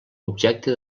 objecte